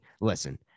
Listen